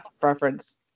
preference